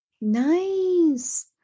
Nice